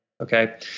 Okay